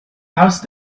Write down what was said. house